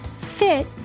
fit